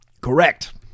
Correct